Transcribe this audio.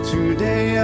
Today